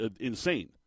insane